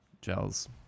Gels